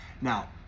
now